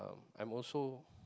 I'm also